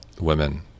women